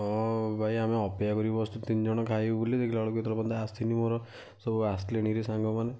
ଭାଇ ଆମେ ଅପେକ୍ଷା କରି ବସିଛୁ ତିନିଜଣ ଖାଇବୁ ବୋଲି ଦେଖିଲା ବେଳକୁ ଏତେବେଳ ପର୍ଯ୍ୟନ୍ତ ଆସିନି ମୋର ସବୁ ଆସିଲେଣିହେରି ମୋର ସାଙ୍ଗମାନେ